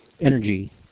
Energy